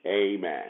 amen